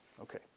Okay